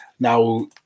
Now